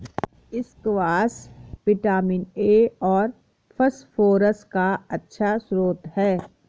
squash vitamin A और phosphorus का अच्छा श्रोत है